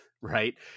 right